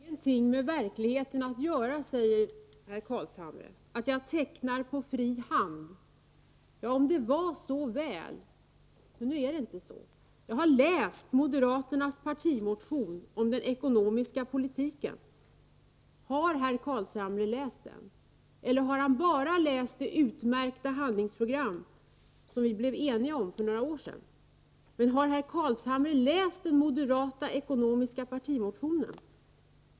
Herr talman! Herr Carlshamre säger att den bild jag tecknar har ”ingenting med verkligheten att göra”, att jag ”tecknar den på fri hand”. Ja, om det var så väl! Men nu är det inte så. Jag har läst moderaternas partimotion om den ekonomiska politiken. Har herr Carlshamre läst den, eller har han bara läst det utmärkta handlingsprogram som vi blev eniga om för några år sedan? Har herr Carlshamre läst den moderata ekonomiskpolitiska partimotionen?